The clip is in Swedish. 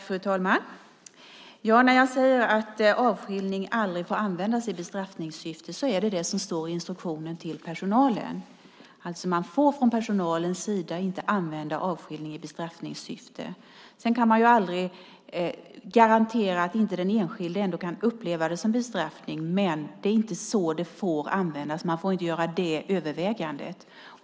Fru talman! När jag säger att avskiljning aldrig får användas i bestraffningssyfte är det vad som står i instruktionen till personalen. Man får från personalens sida inte använda avskiljning i bestraffningssyfte. Sedan kan man aldrig garantera att inte den enskilde ändå kan uppleva det som bestraffning. Men det är inte så det får användas. Man får inte göra det övervägandet.